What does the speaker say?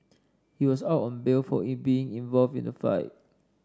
he was out on bail for being involved in the fight